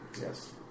Yes